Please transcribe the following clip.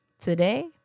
today